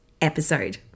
episode